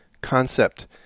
concept